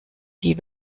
die